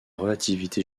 relativité